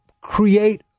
create